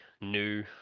new